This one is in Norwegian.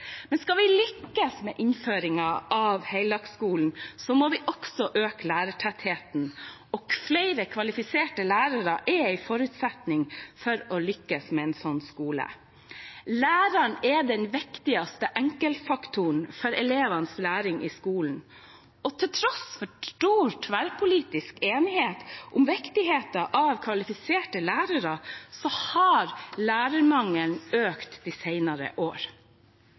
Men skal vi lykkes med innføringen av heldagsskolen, må vi også øke lærertettheten, for flere kvalifiserte lærere er en forutsetning for å lykkes med en slik skole. Læreren er den viktigste enkeltfaktoren for elevenes læring i skolen. Til tross for bred tverrpolitisk enighet om viktigheten av kvalifiserte lærere har lærermangelen økt de